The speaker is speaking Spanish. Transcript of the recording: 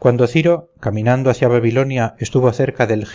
cuando ciro caminando hacia babilonia estuvo cerca del